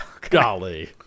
Golly